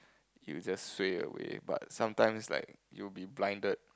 you just sway away but sometimes like you'll be blinded